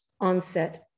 onset